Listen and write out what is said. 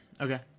Okay